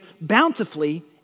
bountifully